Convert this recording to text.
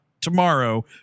tomorrow